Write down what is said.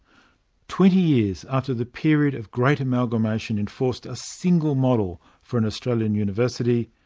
twenty years after the period of great amalgamation enforced a single model for an australian university,